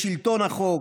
לשלטון החוק,